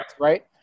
right